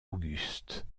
auguste